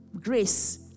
grace